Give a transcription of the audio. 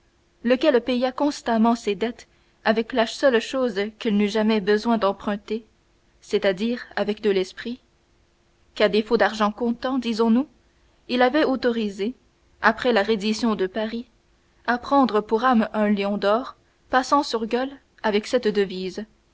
lequel paya constamment ses dettes avec la seule chose qu'il n'eût jamais besoin d'emprunter c'est-à-dire avec de l'esprit qu'à défaut d'argent comptant disons-nous il l'avait autorisé après la reddition de paris à prendre pour armes un lion d'or passant sur gueules avec cette devise